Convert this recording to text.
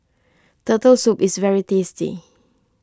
Turtle Soup is very tasty